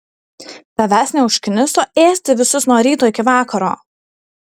tavęs neužkniso ėsti visus nuo ryto iki vakaro